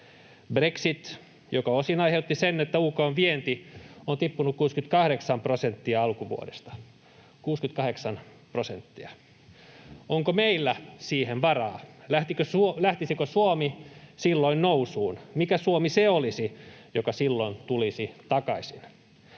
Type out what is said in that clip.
Brexit, joka osin aiheutti sen, että UK:n vienti on tippunut 68 prosenttia viime alkuvuodesta — 68 prosenttia. Onko meillä siihen varaa? Lähtisikö Suomi silloin nousuun? Mikä Suomi se olisi, joka silloin tulisi takaisin?